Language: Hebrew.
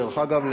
דרך אגב,